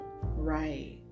right